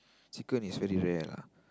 chicken is very rare lah